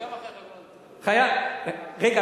רגע,